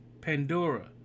Pandora